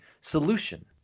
solution